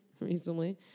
recently